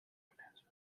revenues